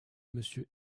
monsieur